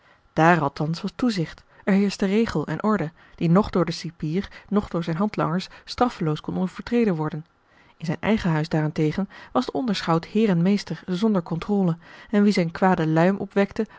daar althans was toezicht er heerschte regel en orde die noch door den cipier noch door zijne handlangers straffeloos kon overtreden worden in zijn eigen huis daarentegen was de onderschout eeren meester zonder contrôle en wie zijne kwade luim opwekte